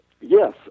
Yes